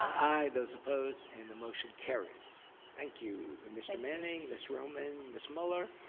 i those opposed, and the motion carries. thank you ah mr. manning, miss roman, miss muller.